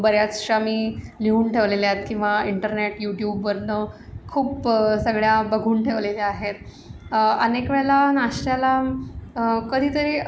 बऱ्याचशा मी लिहून ठेवलेल्या आहेत किंवा इंटरनेट यूट्यूबवरनं खूप सगळ्या बघून ठेवलेल्या आहेत अनेक वेळेला नाश्त्याला कधीतरी